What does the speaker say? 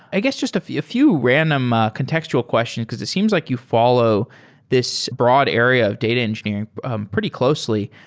i guess just a few few random ah contextual questions, because it seems like you follow this broad area of data engineering pretty closely,